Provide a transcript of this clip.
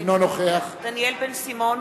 אינו נוכח דניאל בן-סימון,